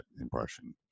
impression